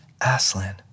Aslan